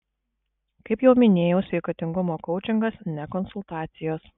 kaip jau minėjau sveikatingumo koučingas ne konsultacijos